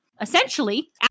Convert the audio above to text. Essentially